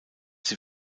sie